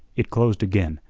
it closed again,